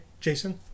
Jason